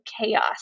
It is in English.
chaos